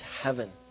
heaven